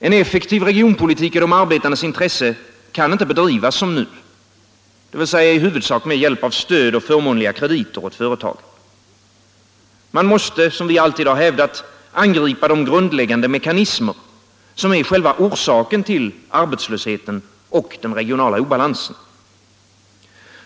En effektiv regionalpolitik i de arbetandes intresse kan inte bedrivas som nu, dvs. i huvudsak med hjälp av stöd och förmånliga krediter åt företagen. Man måste — så som vi alltid har hävdat — angripa de grundläggande mekanismer som är själva orsaken till arbetslösheten och den regionala obalansen.